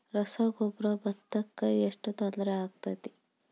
ರಸಗೊಬ್ಬರ, ಭತ್ತಕ್ಕ ಎಷ್ಟ ತೊಂದರೆ ಆಕ್ಕೆತಿ?